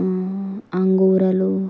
అంగూర్లు